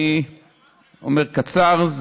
אני אומר קצר.